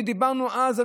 ודיברנו אז על